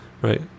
right